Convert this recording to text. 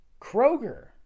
Kroger